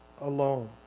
alone